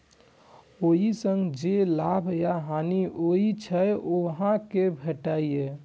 ओइ सं जे लाभ या हानि होइ छै, ओ अहां कें भेटैए